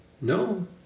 No